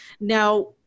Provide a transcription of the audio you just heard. Now